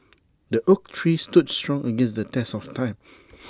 the oak tree stood strong against the test of time